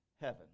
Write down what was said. heaven